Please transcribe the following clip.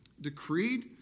decreed